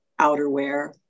outerwear